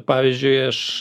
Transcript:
pavyzdžiui aš